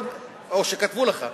או שכתבו לך,